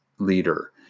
leader